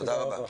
תודה רבה.